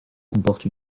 comporte